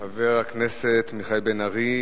חבר הכנסת מיכאל בן-ארי,